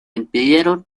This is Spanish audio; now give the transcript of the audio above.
impidieron